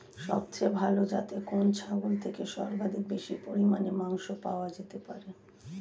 সবচেয়ে ভালো যাতে কোন ছাগল থেকে সর্বাধিক বেশি পরিমাণে মাংস পাওয়া যেতে পারে?